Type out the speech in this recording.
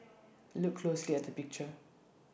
look closely at the picture